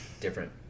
different